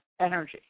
energy